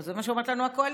זה מה שאומרת לנו הקואליציה,